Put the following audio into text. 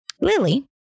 Lily